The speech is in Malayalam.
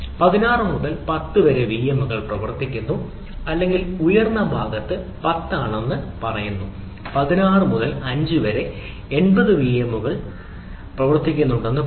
16 മുതൽ 10 വരെ വിഎമ്മുകൾ പ്രവർത്തിക്കുന്നു അല്ലെങ്കിൽ ഉയർന്ന ഭാഗത്ത് 10 ആണെന്ന് പറയുക 16 മുതൽ 5 വരെ 80 വിഎമ്മുകൾ പ്രവർത്തിക്കുന്നുവെന്ന് പറയുന്നു